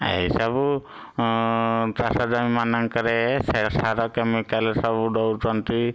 ଏଇସବୁ ଚାଷ ଜମି ମାନଙ୍କରେ ସେ ସାର କେମିକାଲ ସବୁ ଦଉଛନ୍ତି